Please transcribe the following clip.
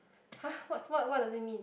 [huh] what's what does it mean